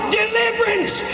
deliverance